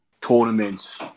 tournaments